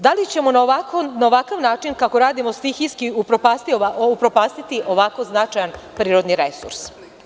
Da li ćemo na ovakav način kako radimo stihijski upropastiti ovako značajan prirodni resurs?